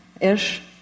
ish